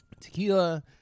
Tequila